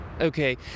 Okay